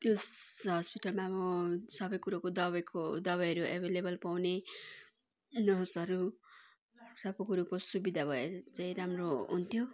त्यस हस्पिटलमा अब सबै कुरोको दबाईको दबाईहरू एभाइलेबल पाउने नर्सहरू सबै कुरोको सुविधा भए चाहिँ राम्रो हुन्थ्यो